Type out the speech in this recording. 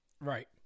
Right